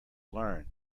learn